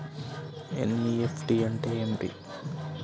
NEFT అంటే ఏమిటి?